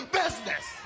business